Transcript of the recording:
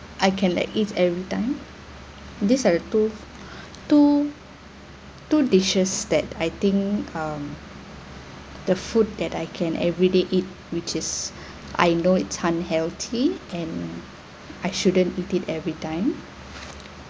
I can like eat every time these are the two two dishes that I think um the food that I can everyday eat which is I know it's unhealthy and I shouldn't eat it every time